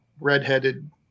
redheaded